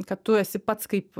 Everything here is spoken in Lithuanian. kad tu esi pats kaip